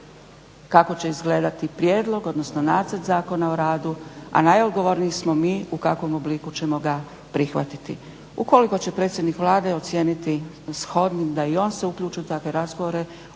kako će izgledati prijedlog odnosno nacrt Zakona o radu a najodgovorniji smo mi u kakvom obliku ćemo ga prihvatiti. Ukoliko će predsjednik Vlade ocijeniti shodnim da i on se uključi u takve razgovore,